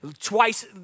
twice